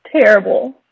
terrible